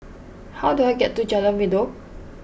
how do I get to Jalan Redop